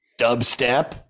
dubstep